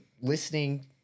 listening